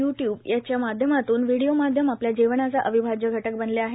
YouTube याच्या माध्यमांतून video माध्यम आपल्या जीवनाचा अविभाज्य घटक बनले आहे